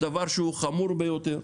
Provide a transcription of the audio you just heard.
דבר שהוא חמור ביותר.